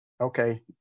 Okay